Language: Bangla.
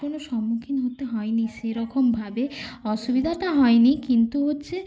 কোনো সম্মুখীন হতে হয়নি সেরকমভাবে অসুবিধাটা হয়নি কিন্তু হচ্ছে